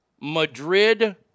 Madrid